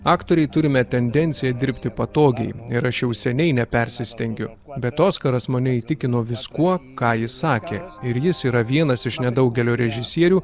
aktoriai turime tendenciją dirbti patogiai ir aš jau seniai nepersistengiu bet oskaras mane įtikino viskuo ką jis sakė ir jis yra vienas iš nedaugelio režisierių